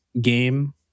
game